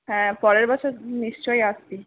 হ্যাঁ পরের বছর নিশ্চই আসবি